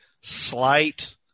slight